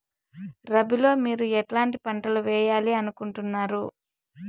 రబిలో మీరు ఎట్లాంటి పంటలు వేయాలి అనుకుంటున్నారు?